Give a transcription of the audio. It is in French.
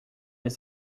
mais